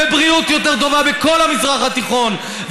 ובריאות יותר טובה מכל המזרח התיכון,